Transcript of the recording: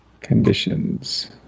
Conditions